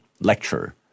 lecture